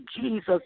Jesus